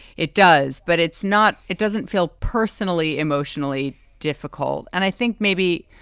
it does. but it's not it doesn't feel personally emotionally difficult. and i think maybe